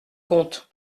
compte